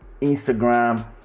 Instagram